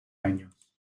años